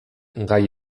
gai